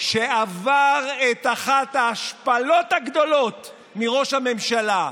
שעבר את אחת ההשפלות הגדולות מראש הממשלה,